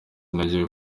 intege